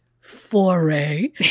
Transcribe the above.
foray